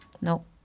No